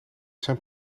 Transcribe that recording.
zijn